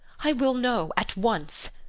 i will know! at once!